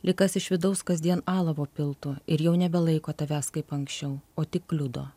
lyg kas iš vidaus kasdien alavo piltų ir jau nebelaiko tavęs kaip anksčiau o tik kliudo